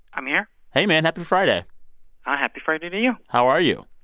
i'm here hey man, happy friday ah happy friday to you how are you?